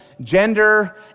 gender